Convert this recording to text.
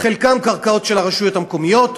חלקן קרקעות של הרשויות המקומיות,